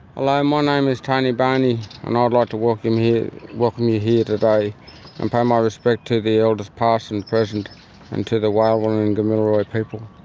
hello. my name is tony boney and i'd like to welcome you welcome you here today and pay um my respect to the elders past and present and to the wailwan and kamilaroi people.